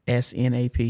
SNAP